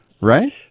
right